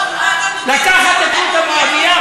לקחת את רות המואבייה?